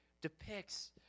depicts